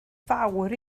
fawr